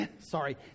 sorry